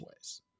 ways